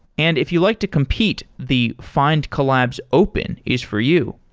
and if you like to compete, the findcollabs open is for you.